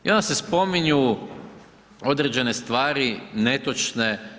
I onda se spominju određene stvari netočne.